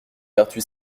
vertu